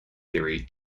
theory